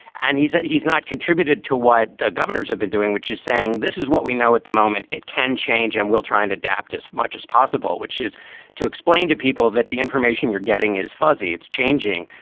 and he's he's not contributed to what the governors have been doing, which is saying this is what we know at the moment. it can change and we'll trying to adapt as much as possible, which is to explain to people that the information you're getting is fuzzy. it's changing.